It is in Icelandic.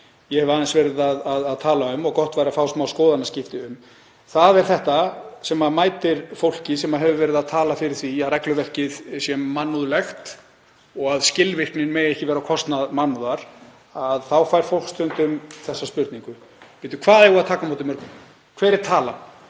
ég hef aðeins verið að tala um og gott væri að fá smáskoðanaskipti um. Það er þetta sem mætir fólki sem hefur verið að tala fyrir því að regluverkið sé mannúðlegt og að skilvirknin megi ekki vera á kostnað mannúðar. Þá fær fólk stundum þessa spurningu: Bíddu, hvað eigum við að taka á móti mörgum? Hver er talan?